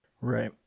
Right